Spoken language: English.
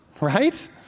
right